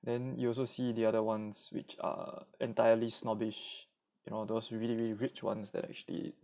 then you also see the other ones which are entirely snobbish you know those really really rich ones that actually